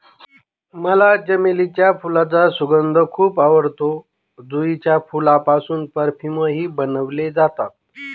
मला चमेलीच्या फुलांचा सुगंध खूप आवडतो, जुईच्या फुलांपासून परफ्यूमही बनवले जातात